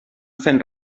fent